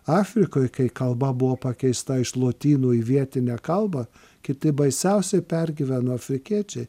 afrikoj kai kalba buvo pakeista iš lotynų į vietinę kalbą kiti baisiausiai pergyveno afrikiečiai